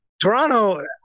Toronto